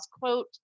Quote